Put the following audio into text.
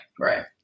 right